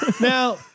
Now